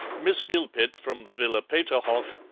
miss gilpet, from the villa peterhof,